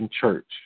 church